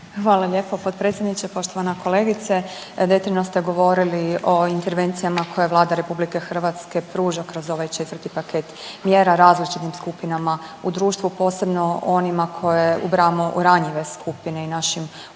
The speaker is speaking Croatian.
Hvala lijepo potpredsjedniče. Poštovana kolegice, detaljno ste govorili o intervencijama koje Vlada RH pruža kroz ovaj 4. paket mjera različitim skupinama u društvu, posebno onima koje ubrajamo u ranjive skupine i našim umirovljenicima,